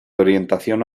orientación